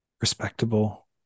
respectable